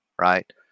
right